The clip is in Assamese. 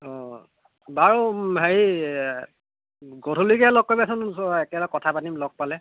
অঁ বাৰু হেৰি গধূলিকৈ লগ কৰিবাচোন একেলগে কথা পাতিম লগ পালে